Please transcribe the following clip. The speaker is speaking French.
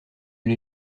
les